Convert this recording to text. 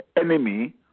enemy